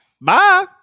Bye